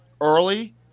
early